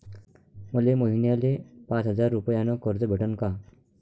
मले महिन्याले पाच हजार रुपयानं कर्ज भेटन का?